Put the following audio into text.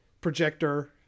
projector